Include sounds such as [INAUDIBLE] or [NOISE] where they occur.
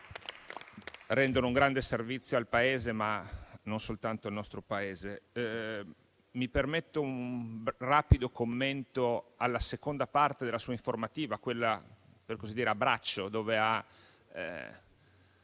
rendono un grande servizio al Paese, ma non soltanto al nostro Paese. [APPLAUSE] Mi permetto un rapido commento alla seconda parte della sua informativa, quella per così dire a braccio, dove ha